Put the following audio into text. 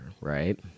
right